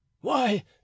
Why